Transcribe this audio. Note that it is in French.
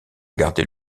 garder